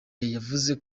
yavuze